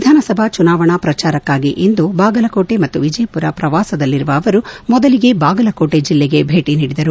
ವಿಧಾನಸಭಾ ಚುನಾವಣಾ ಪ್ರಚಾರಕ್ಕಾಗಿ ಇಂದು ಬಾಗಲಕೋಟೆ ಮತ್ತು ವಿಜಯಪುರ ಪ್ರವಾಸದಲ್ಲಿರುವ ಅವರು ಮೊದಲಿಗೆ ಬಾಗಲಕೋಟೆ ಜಿಲ್ಲೆಗೆ ಭೇಟಿ ನೀಡಿದರು